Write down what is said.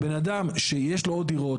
בן אדם שיש לו עוד דירות.